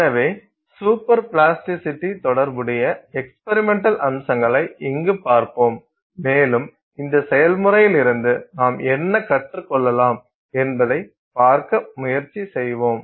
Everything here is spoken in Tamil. எனவே சூப்பர் பிளாஸ்டிசிட்டியுடன் தொடர்புடைய எக்ஸ்பிரிமெண்டல் அம்சங்களை இங்கு பார்ப்போம் மேலும் இந்த செயல்முறையிலிருந்து நாம் என்ன கற்றுக்கொள்ளலாம் என்பதைப் பார்க்க முயற்சி செய்வோம்